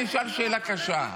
אני אשאל שאלה קשה.